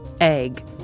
egg